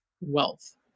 wealth